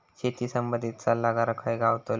शेती संबंधित सल्लागार खय गावतलो?